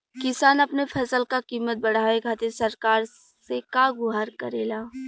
किसान अपने फसल क कीमत बढ़ावे खातिर सरकार से का गुहार करेला?